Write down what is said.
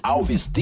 Alves